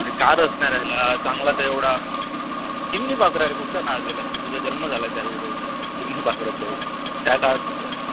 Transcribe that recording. तरी कार असणारला चांगला तर एवढा तिन्ही पाकराय कुठच्या काळात गेला तू तुझा जल्म झाला आहे त्यावेळी भाऊ ते चीम्नी पाकराच्या त्या काळात कुठला होता